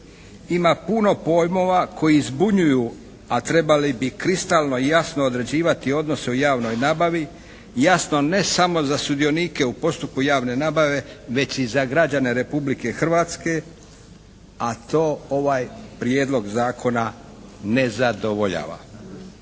Ima puno pojmova koji zbunjuju, a trebali bi kristalno jasno određivati odnose u javnoj nabavi, jasno ne samo za sudionike u postupku javne nabave, već i za građane Republike Hrvatske, a to ovaj Prijedlog zakona ne zadovoljava.